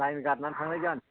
line गारनानै थांनाय जायो